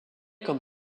comme